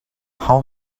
how